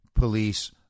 Police